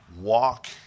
walk